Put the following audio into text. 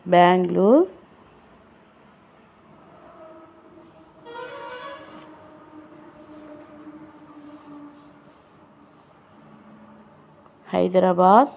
Bengaluru Hyderabad